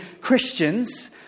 Christians